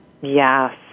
Yes